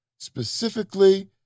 specifically